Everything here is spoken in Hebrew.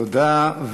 תודה.